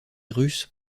russe